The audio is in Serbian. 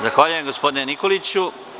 Zahvaljujem, gospodine Nikoliću.